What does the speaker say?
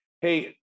Hey